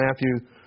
Matthew